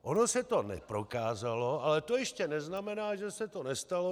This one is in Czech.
Ono se to neprokázalo, ale to ještě neznamená, že se to nestalo.